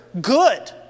good